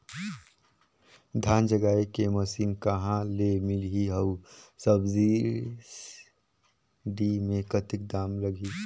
धान जगाय के मशीन कहा ले मिलही अउ सब्सिडी मे कतेक दाम लगही?